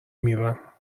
میرم